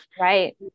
Right